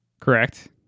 Correct